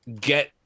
get